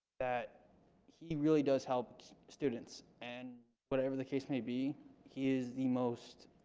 that he really does help students and whatever the case may be he is the most